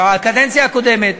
בקדנציה הקודמת